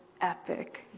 epic